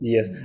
Yes